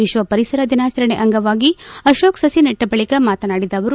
ಎಶ್ವ ಪರಿಸರ ದಿನಾಚರಣೆ ಅಂಗವಾಗಿ ಅರೋಕ ಸಹಿ ನೆಟ್ಟ ಬಳಿಕ ಮಾತನಾಡಿದ ಅವರು